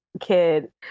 kid